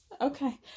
Okay